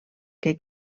que